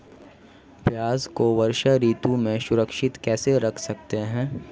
प्याज़ को वर्षा ऋतु में सुरक्षित कैसे रख सकते हैं?